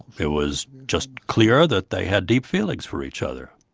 it was just clear that they had deep feelings for each other.